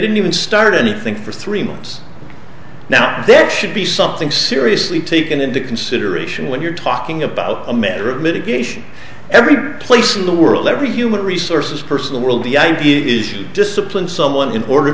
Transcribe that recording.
didn't even start anything for three months now there should be something seriously taken into consideration when you're talking about a matter of mitigation every place in the world every human resources person the world the i v is discipline someone in order